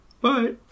Bye